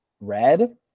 red